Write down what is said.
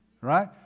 right